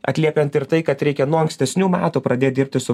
atliekant ir tai kad reikia nuo ankstesnių metų pradėt dirbti su